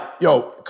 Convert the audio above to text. yo